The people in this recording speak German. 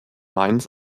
mainz